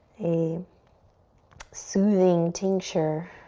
a soothing tincture